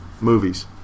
Movies